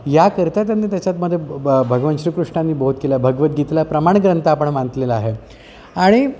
या करता त्यांनी त्याच्यामध्ये भ भगवान श्रीकृष्णांनी बोध केला आहे भगवद्गीतेला प्रमाण ग्रंथ आपण मानलेला आहे आणि